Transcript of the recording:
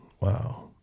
Wow